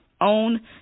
own